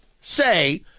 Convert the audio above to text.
say